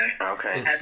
Okay